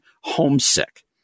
Homesick